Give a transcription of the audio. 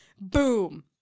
Boom